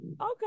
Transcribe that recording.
Okay